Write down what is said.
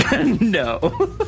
No